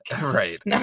Right